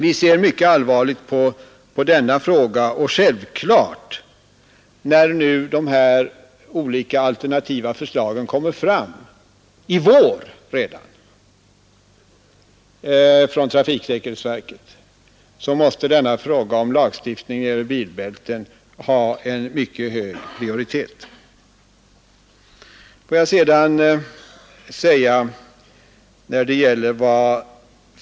Vi ser mycket allvarligt på denna fråga, och när nu de olika alternativa förslagen redan i vår kommer fram från trafiksäkerhetsverket, måste självfallet frågan om lagstiftning när det gäller bilbälten ha en mycket hög prioritet.